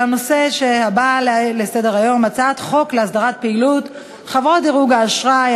לנושא הבא על סדר-היום: הצעת חוק להסדרת פעילות חברות דירוג האשראי,